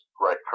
right